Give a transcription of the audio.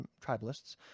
tribalists